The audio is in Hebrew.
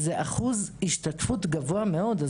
זה אחוז השתתפות גבוה מאוד.